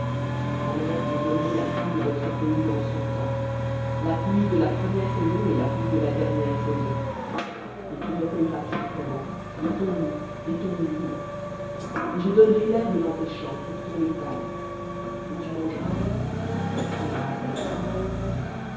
alors je donnerai la pluie de votre pays en son temps la pluie de la première saison et la pluie de la dernière saison et tu recueilleras ton froment et ton moût et ton huile et je donnerai l'herbe dans tes champs pour ton bétail et tu mangeras et tu seras rassasié